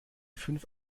fünf